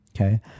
Okay